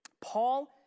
Paul